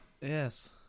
yes